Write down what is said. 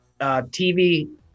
TV